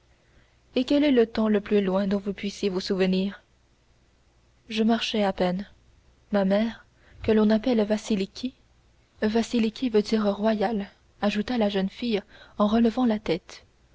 et quel est le temps le plus loin dont vous puissiez vous souvenir je marchais à peine ma mère que l'on appelle vasiliki vasiliki veut dire royale ajouta la jeune fille en relevant la tête